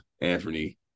Anthony